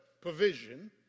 provision